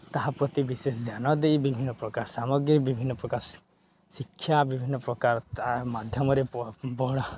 ତାହା ପ୍ରତି ବିଶେଷ ଧ୍ୟାନ ଦେଇ ବିଭିନ୍ନପ୍ରକାର ସାମଗ୍ରୀ ବିଭିନ୍ନପ୍ରକାର ଶିକ୍ଷା ବିଭିନ୍ନପ୍ରକାର ତା ମାଧ୍ୟମରେ